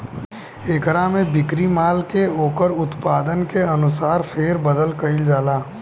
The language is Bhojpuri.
एकरा में बिक्री माल के ओकर उत्पादन के अनुसार फेर बदल कईल जाला